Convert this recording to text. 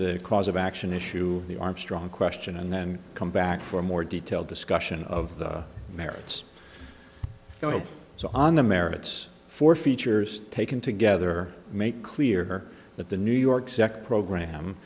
the cause of action issue the armstrong question and then come back for a more detailed discussion of the merits so on the merits for features taken together make clear that the new york sec program